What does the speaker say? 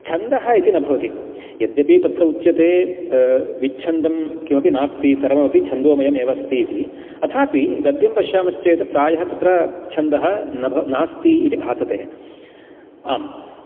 छन्दः इति न भवति यद्यपि तत्र उच्यते विच्छन्दं किमपि नास्ति सर्वमपि छन्दोमयम् एव अस्ति इति अथापि गद्यं पश्यामश्चेत् प्रायः तत्र छन्दः न नास्ति इति भासते आम्